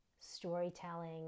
storytelling